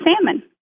salmon